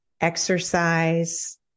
exercise